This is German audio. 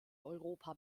europa